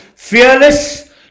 Fearless